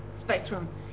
spectrum